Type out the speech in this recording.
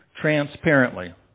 Transparently